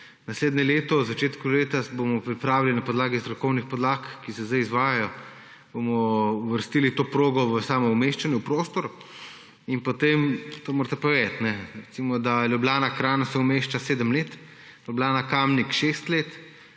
Naslednje leto v začetku leta bomo na podlagi strokovnih podlag, ki se zdaj izvajajo, uvrstili to progo v samo umeščanje v prostor in potem, to morate pa vedeti, recimo Ljubljana–Kranj se umešča sedem let, Ljubljana–Kamnik šest let.